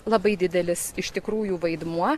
labai didelis iš tikrųjų vaidmuo